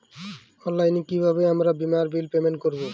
অনলাইনে কিভাবে আমার বীমার বিল পেমেন্ট করবো?